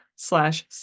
Slash